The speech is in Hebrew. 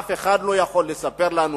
אף אחד לא יכול לספר לנו